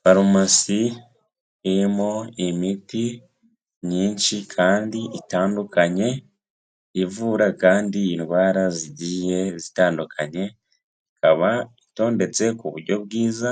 Farumasi irimo imiti myinshi kandi itandukanye, ivura kandi indwara zigiye zitandukanye, ikaba itondetse ku buryo bwiza